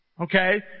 Okay